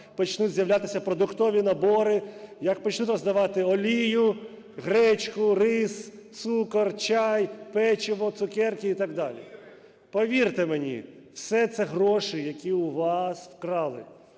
почнуть з'являтися продуктові набори, як почнуть роздавати олію, гречку, рис, цукор, чай, печиво, цукерки і так далі. Повірте мені, все це гроші, які у вас вкрали.